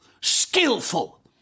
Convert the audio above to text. Skillful